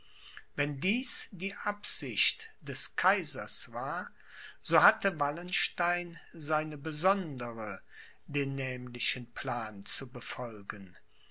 wenn dies die absicht des kaisers war so hatte wallenstein seine besondere den nämlichen plan zu befolgen